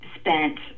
spent